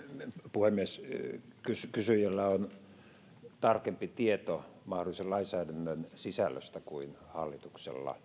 puhemies kysyjällä on tarkempi tieto mahdollisen lainsäädännön sisällöstä kuin hallituksella